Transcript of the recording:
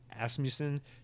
Asmussen